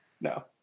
no